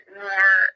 more